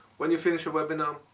when you finish your webinar,